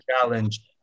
Challenge